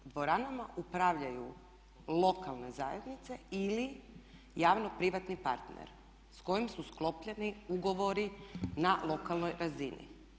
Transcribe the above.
Dvoranama upravljaju lokalne zajednice ili javno-privatni partner s kojim su sklopljeni ugovori na lokalnoj razini.